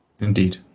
Indeed